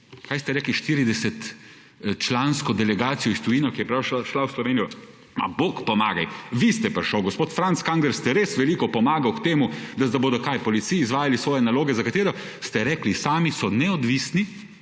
kaj ste rekli, 40 člansko delegacijo iz tujine, ki je prišla v Slovenijo? A bog pomagaj, vi ste prišel, gospod Franc Kangler, ste res veliko pomagal k temu, da bodo kaj, v policiji izvajali svoje naloge, za katere ste rekli sami, so neodvisni